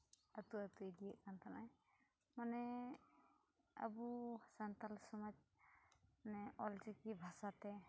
ᱟᱹᱛᱩ ᱟᱹᱛᱩᱭ ᱤᱫᱤᱭᱮᱫ ᱠᱟᱱ ᱛᱟᱦᱮᱱᱚᱜᱼᱟᱭ ᱢᱟᱱᱮ ᱟᱵᱚ ᱥᱟᱱᱛᱟᱞ ᱥᱚᱢᱟᱡᱽ ᱢᱟᱱᱮ ᱚᱞᱪᱤᱠᱤ ᱵᱷᱟᱥᱟᱛᱮ